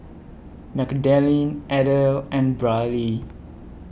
Magdalene Adelle and Brylee